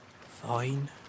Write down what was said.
Fine